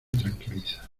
tranquiliza